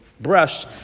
brush